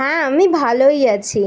হ্যাঁ আমি ভালোই আছি